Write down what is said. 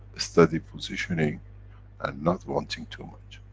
steady positioning and not wanting too much.